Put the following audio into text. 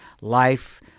life